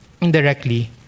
indirectly